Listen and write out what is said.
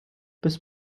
bis